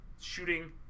Shooting